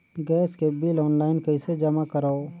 Gas के bill online कइसे जमा करव?